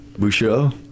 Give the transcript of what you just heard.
Bouchot